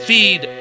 Feed